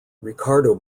ricardo